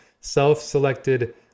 self-selected